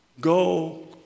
Go